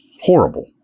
horrible